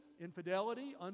infidelity